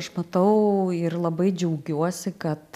aš matau ir labai džiaugiuosi kad